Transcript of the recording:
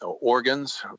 organs